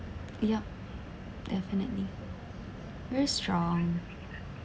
yup definitely you're strong